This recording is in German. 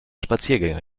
spaziergänger